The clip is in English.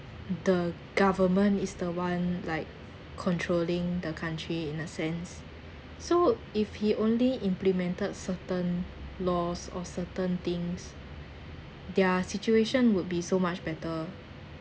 the government is the one like controlling the country in a sense so if he only implemented certain laws or certain things their situation would be so much better